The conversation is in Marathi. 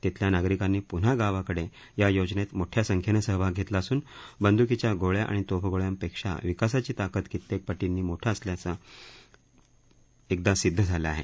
तिथल्या नागरिकांनी पृन्हा गावाकडे या योजनेत मोठ्या संख्येनं सहभाग घेतला असून बंद्कीच्या गोळ्या आणि तोफगोळ्यांपेक्षा विकासाची ताकद कित्येक पटींनी मोठी असल्याचं प्न्हा एकदा सिद्ध झालं आहे